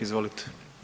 Izvolite.